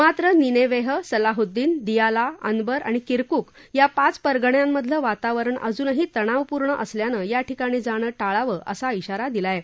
मात्र Nineveh Salahuddin Diyala Anbar आणि Kirkuk ह्या पाच परगण्यांमधलं वातावरण अजूनही तणावपूर्ण असल्यानं या ठिकाणी जाण ळावं असं आरा दिला आहे